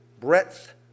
breadth